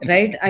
Right